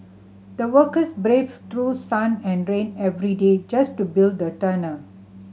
the workers braved through sun and rain every day just to build the tunnel